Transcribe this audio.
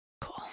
Cool